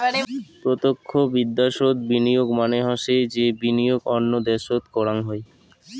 প্রতক্ষ বিদ্যাশোত বিনিয়োগ মানে হসে যে বিনিয়োগ অন্য দ্যাশোত করাং হই